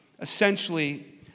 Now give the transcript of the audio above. essentially